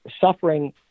suffering